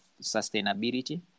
sustainability